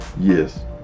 Yes